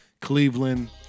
Cleveland